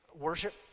worship